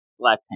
Blackpink